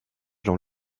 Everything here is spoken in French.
dans